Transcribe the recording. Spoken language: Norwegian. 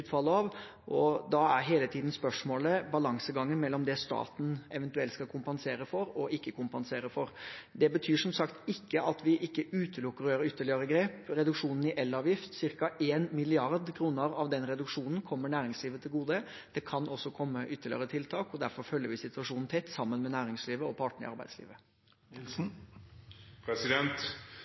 utfallet av. Da er det hele tiden spørsmål om balansegangen mellom det staten eventuelt skal kompensere for, og det staten ikke skal kompensere for. Det betyr som sagt ikke at vi utelukker å gjøre ytterligere grep. Når det gjelder reduksjonen i elavgift, kommer ca. 1 mrd. kr av den reduksjonen næringslivet til gode. Det kan også komme ytterligere tiltak. Derfor følger vi situasjonen tett sammen med næringslivet og partene i arbeidslivet.